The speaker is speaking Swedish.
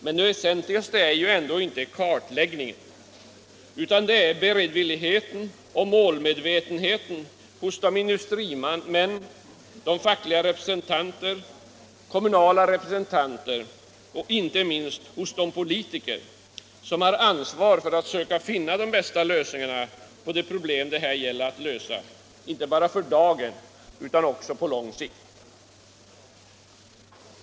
Men det väsentligaste är ändå inte kartläggningen, utan det är beredvilligheten och målmedvetenheten hos de industrimän, de fackliga representanter, de kommunala representanter och inte minst hos de politiker som har ansvar för att söka finna de bästa lösningarna på problemen, inte bara för dagen utan också på lång sikt.